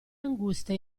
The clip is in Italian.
anguste